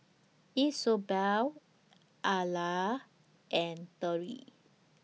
Isobel Alia and